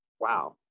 wow